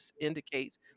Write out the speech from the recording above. indicates